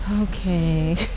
Okay